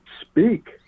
speak